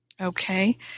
okay